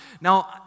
Now